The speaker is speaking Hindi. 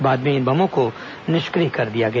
बाद में इन बमों को निष्क्रिय कर दिया गया